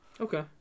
Okay